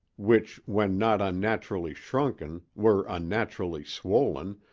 which when not unnaturally shrunken were unnaturally swollen,